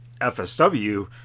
FSW